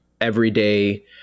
everyday